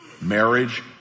marriage